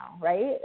right